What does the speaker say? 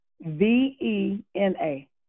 V-E-N-A